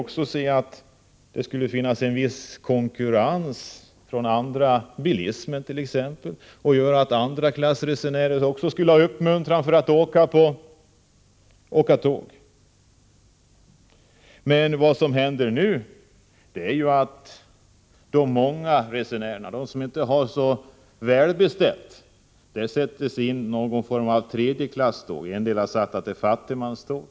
Konkurrensen från exempelvis bilismen gör att människor bör uppmuntras att åka tåg i andra klass. Vad som nu händer är emellertid att de många resenärerna, de som inte är så välbeställda, sätts in i någon form av tredje klass. Det finns de som har talat om fattigmanståg.